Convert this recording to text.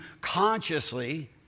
consciously